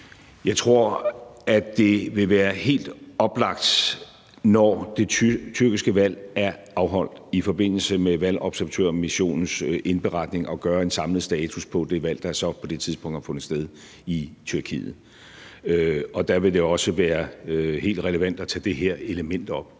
Jeg tror, at det vil være helt oplagt, når det tyrkiske valg er afholdt, i forbindelse med valgobservatørmissionens indberetning at gøre en samlet status på det valg, der så på det tidspunkt har fundet sted i Tyrkiet, og der vil det også være helt relevant at tage det her element op.